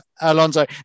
Alonso